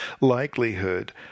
likelihood